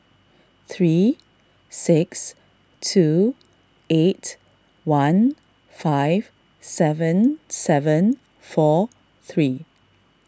three six two eight one five seven seven four three